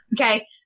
Okay